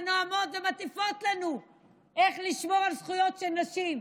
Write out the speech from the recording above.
נואמות ומטיפות לנו איך לשמור על זכויות של נשים,